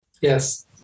Yes